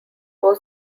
four